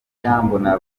irambona